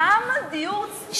כמה דיור ציבורי אפשר לבנות.